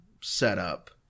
setup